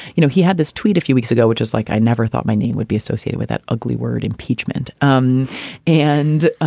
you know, he had this tweet a few weeks ago, which is like i never thought my name would be associated with that ugly word, impeachment um and ah